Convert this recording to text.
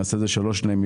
למעשה זה שלוש שנים,